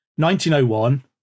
1901